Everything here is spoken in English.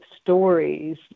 stories